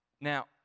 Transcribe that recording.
Now